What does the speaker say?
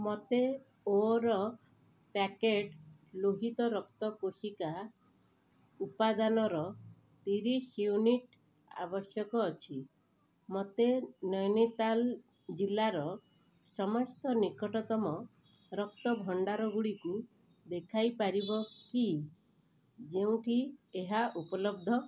ମୋତେ ଓର ପ୍ୟାକେଟ୍ ଲୋହିତ ରକ୍ତ କୋଷିକା ଉପାଦାନର ତିରିଶ ୟୁନିଟ୍ ଆବଶ୍ୟକ ଅଛି ମୋତେ ନୈନିତାଲ ଜିଲ୍ଲାର ସମସ୍ତ ନିକଟତମ ରକ୍ତ ଭଣ୍ଡାରଗୁଡ଼ିକୁ ଦେଖାଇ ପାରିବ କି ଯେଉଁଠି ଏହା ଉପଲବ୍ଧ